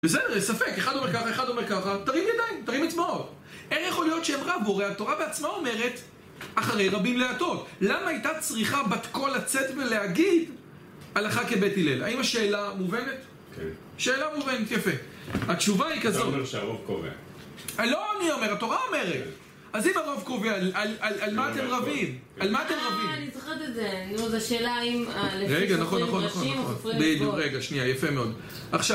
בסדר, ספק, אחד אומר ככה, אחד אומר ככה. תרים ידיים, תרים אצבעות. איך יכול להיות שהם רבו, הרי התורה בעצמה אומרת אחרי רבים להטות. למה הייתה צריכה בת קול לצאת ולהגיד הלכה כבית הלל? האם השאלה מובנת? שאלה מובנת, יפה. התשובה היא כזאת. אתה אומר שהרוב קובע. לא אני אומר, התורה אומרת. אז אם הרוב קובע, על מה אתם רבים? על מה אתם רבים? אה, אני זוכרת את זה, נו זו שאלה אם לפי סופרים ראשים או סופרים אצבעות. נכון, נכון, נכון. יפה מאוד.